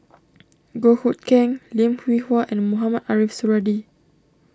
Goh Hood Keng Lim Hwee Hua and Mohamed Ariff Suradi